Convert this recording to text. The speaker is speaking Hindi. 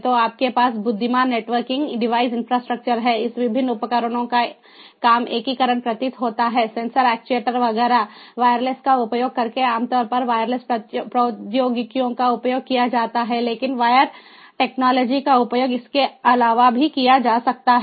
तो आपके पास बुद्धिमान नेटवर्किंग डिवाइस इन्फ्रास्ट्रक्चर है इस विभिन्न उपकरणों का कम एकीकरण प्रतीत होता है सेंसर एक्ट्यूएटर्स वगैरह वायरलेस का उपयोग करके आमतौर पर वायरलेस प्रौद्योगिकियों का उपयोग किया जाता है लेकिन वायर टेक्नोलॉजी का उपयोग इसके अलावा भी किया जा सकता है